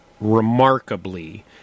remarkably